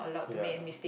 ya